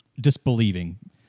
disbelieving